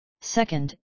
Second